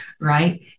right